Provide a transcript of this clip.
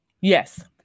Yes